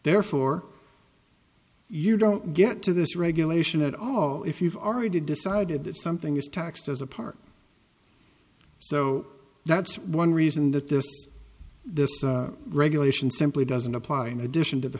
they're for you don't get to this regulation at all if you've already decided that something is taxed as a part so that's one reason that this this regulation simply doesn't apply in addition to the